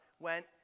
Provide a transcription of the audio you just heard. Went